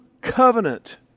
covenant